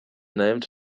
named